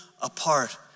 apart